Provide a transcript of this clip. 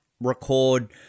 record